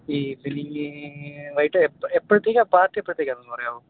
ഈ പിന്നിങ്ങനെ വൈറ്റ് എപ്പോഴത്തേക്കാണ് പാർട്ടി എപ്പോഴത്തേക്കാണെന്നു പറയാമോ